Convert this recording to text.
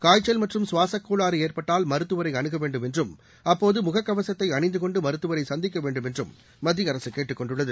காய்ச்சல் மற்றும் சுவாசக் கோளாறு ஏற்பட்டால் மருத்துவரை அணுக வேண்டும் என்றும் அப்போது முகக்கவசத்தை அணிந்து கொண்டு மருத்துவரை சந்திக்க வேண்டுமென்றும் மத்திய அரசு கேட்டுக்கொண்டுள்ளது